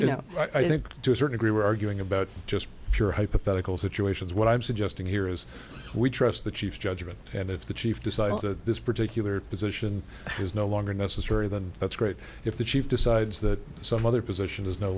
you know i think to a certain group we're arguing about just pure hypothetical situations what i'm suggesting here is we trust the chiefs judgment and if the chief decides that this particular position is no longer necessary then that's great if the chief decides that some other position is no